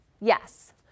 Yes